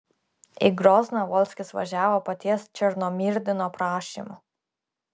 į grozną volskis važiavo paties černomyrdino prašymu